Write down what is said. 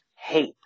hate